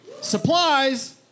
Supplies